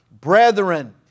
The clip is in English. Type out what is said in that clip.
Brethren